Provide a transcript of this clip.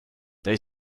they